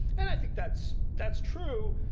and i think that's that's true,